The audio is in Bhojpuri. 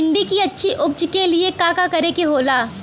भिंडी की अच्छी उपज के लिए का का करे के होला?